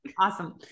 Awesome